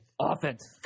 offense